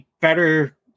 better